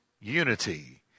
unity